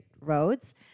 roads